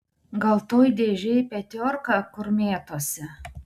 gal toj dėžėj petiorka kur mėtosi